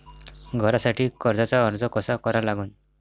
घरासाठी कर्जाचा अर्ज कसा करा लागन?